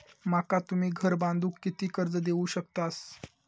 माका तुम्ही घर बांधूक किती कर्ज देवू शकतास?